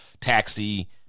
taxi